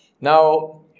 Now